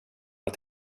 att